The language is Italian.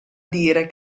dire